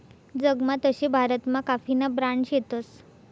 जगमा तशे भारतमा काफीना ब्रांड शेतस